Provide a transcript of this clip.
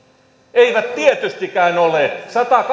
eivät tietystikään ole